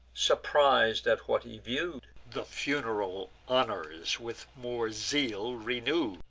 surpris'd at what he view'd, the fun'ral honors with more zeal renew'd,